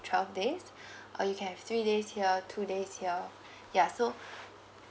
twelve days uh you can have three days here two days here ya so